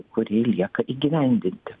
kurį lieka įgyvendinti